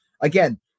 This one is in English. again